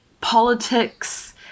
politics